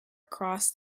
across